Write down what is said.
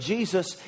Jesus